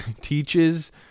teaches